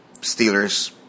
Steelers